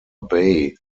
bay